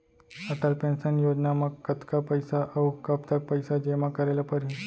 Atal pension Yojana म कतका पइसा, अऊ कब तक पइसा जेमा करे ल परही?